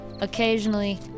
occasionally